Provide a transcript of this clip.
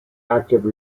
active